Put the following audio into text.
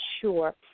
sure